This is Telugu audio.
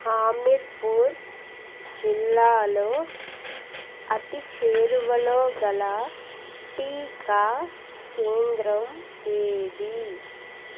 హమీర్పూర్ జిల్లాలో అతి చేరువలోగల టీకా కేంద్రం ఏది